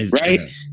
right